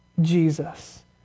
Jesus